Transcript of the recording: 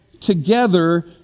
together